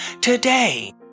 today